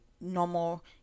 normal